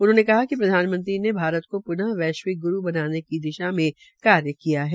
उन्होंने कहा कि प्रधानमंत्री ने भारत को पूनः वैश्विक ग्रु बनाने की दिशा में कार्य किया है